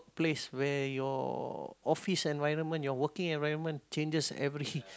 place where your office environment your working environment changes every